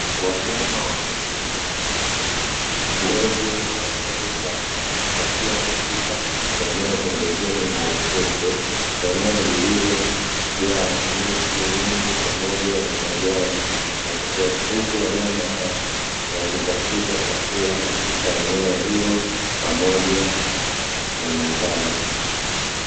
Wanyama wa mwituni, ndege wanaoruka angani wakiwa katika eneo pembezoni mwa ufukwe. Eneo lililojaa miti mingi pamoja na majani ya kutosha. Huku wanyama hao wakitafuta chakula katika eneo hilo pamoja na makazi.